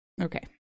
Okay